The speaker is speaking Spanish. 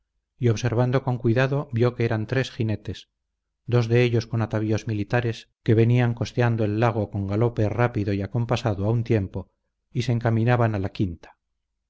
y observando con cuidado vio que eran tres jinetes dos de ellos con atavíos militares que venían costeando el lago con galope rápido y acompasado a un tiempo y se encaminaban a la quinta